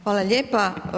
Hvala lijepa.